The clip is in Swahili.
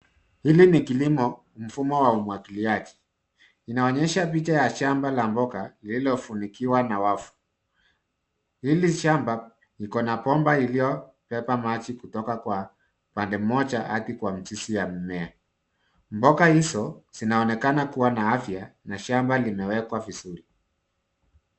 Hili ni kilimo mfumo wa umwagiliaji. Inaonyesha picha ya shamba la mboga lililofunikwa na wavu. Hili shamba liko na bomba iliyobeba maji kutoka kwa pande mmoja hadi kwa mizizi ya mimea. Mboga hizo zinaonekana kuwa na afya na shamba limewekwa vizuri.